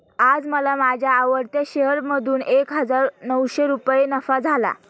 आज मला माझ्या आवडत्या शेअर मधून एक हजार नऊशे रुपये नफा झाला